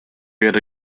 reared